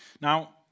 Now